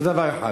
זה דבר אחד.